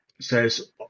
says